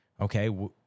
Okay